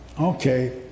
okay